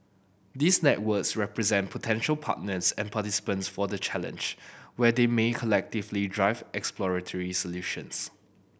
these networks represent potential partners and participants for the challenge where they may collectively drive exploratory solutions